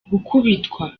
gukubitwa